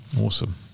awesome